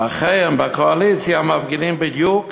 ואחיהם בקואליציה מפגינים בדיוק